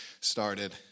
started